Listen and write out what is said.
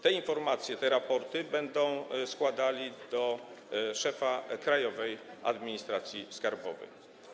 Te informacje, te raporty będą oni składali do szefa Krajowej Administracji Skarbowej.